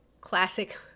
classic